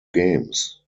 games